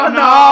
no